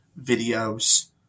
videos